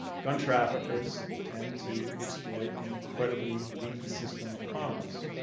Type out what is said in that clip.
gun traffickers tend to exploit an incredibly leaky system of commerce.